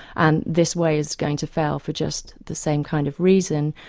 and this way is going to fail for just the same kind of reason,